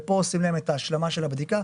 ופה עושים להם את ההשלמה של הבדיקה.